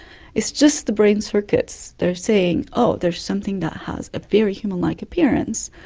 it's just the brain circuits that are saying, oh, there's something that has a very human-like appearance.